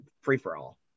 free-for-all